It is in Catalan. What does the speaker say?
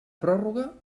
pròrroga